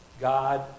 God